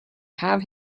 have